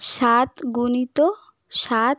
সাত গুণিত সাত